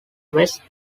west